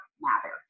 matter